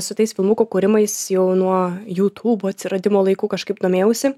su tais filmukų kūrimais jau nuo youtube atsiradimo laikų kažkaip domėjausi